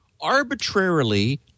arbitrarily